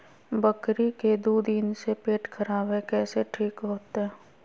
बकरी के दू दिन से पेट खराब है, कैसे ठीक होतैय?